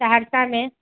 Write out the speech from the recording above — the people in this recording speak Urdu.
سہرسہ میں